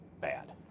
bad